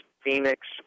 Phoenix